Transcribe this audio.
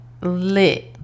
lit